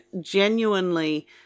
genuinely